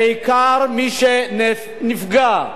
ובעיקר מי שנפגע,